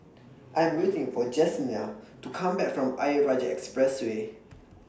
I Am waiting For Jesenia to Come Back from Ayer Rajah Expressway